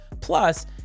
Plus